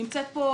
אני נמצאת פה